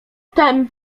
tem